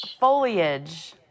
Foliage